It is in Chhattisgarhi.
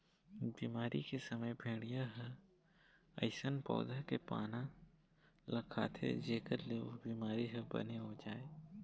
बिमारी के समे भेड़िया ह अइसन पउधा के पाना ल खाथे जेखर ले ओ बिमारी ह बने हो जाए